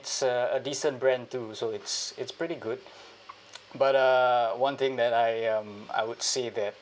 it's a decent brand too so it's it's pretty good but uh one thing that I um I would see that